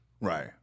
right